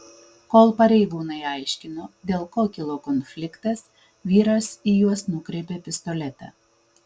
kol pareigūnai aiškino dėl ko kilo konfliktas vyras į juos nukreipė pistoletą